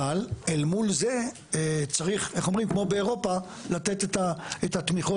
אבל אל מול זה צריך כמו באירופה לתת את התמיכות